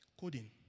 Coding